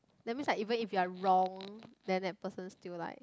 that means like even if you're wrong then the person still like